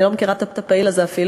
אני לא מכירה את הפעיל הזה אפילו.